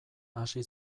hasi